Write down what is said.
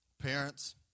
Parents